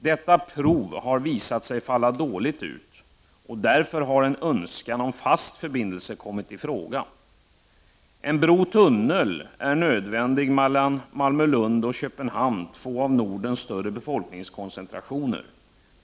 Detta ”prov” har visat sig falla dåligt ut och därför har en önskan om fast förbindelse kommit i fråga. En bro Lund och Köpenhamn, två av Nordens större befolkningskoncentrationer.